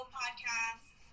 podcasts